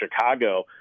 Chicago